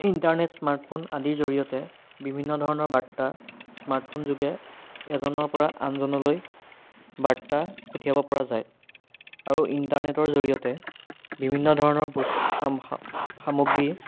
internet smartphone আদিৰ জৰিয়তে বিভিন্ন ধৰণৰ বাৰ্তা স্মাৰ্টফোনযোগে এজনৰ পৰা আনজনলৈ বাৰ্তা পঠিয়াব পৰা যায় আৰু ইণ্টাৰনেটৰ জৰিয়তে বিভিন্ন ধৰণৰ বস্ সামগ্ৰী